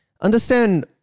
understand